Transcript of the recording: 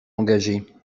engagée